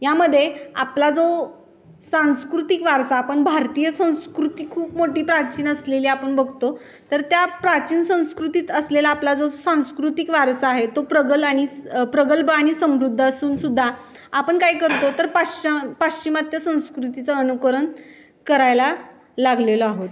यामध्ये आपला जो सांस्कृतिक वारसा आपण भारतीय संस्कृती खूप मोठी प्राचीन असलेली आपण बघतो तर त्या प्राचीन संस्कृतीत असलेला आपला जो सांस्कृतिक वारसा आहे तो प्रगल आणि प्रगल्भ आणि समृद्ध असून सुद्धा आपण काय करतो तर पाश्चम पाश्चिमात्य संस्कृतीचं अनुकरण करायला लागलेलो आहोत